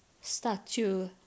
statue